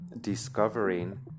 discovering